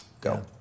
go